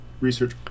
research